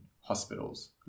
hospitals